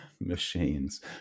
machines